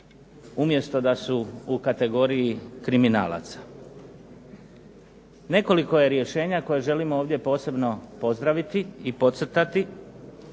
umjesto da su u kategoriji kriminalaca. Nekoliko je rješenja koje želimo ovdje posebno pozdraviti i podcrtati